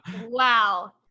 Wow